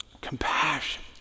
Compassion